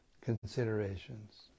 considerations